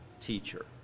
teacher